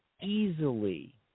easily